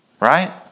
Right